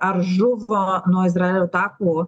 ar žuvo nuo izraelio atakų